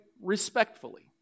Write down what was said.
respectfully